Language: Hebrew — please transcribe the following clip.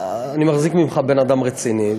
אני מחזיק ממך בן-אדם רציני.